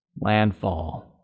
landfall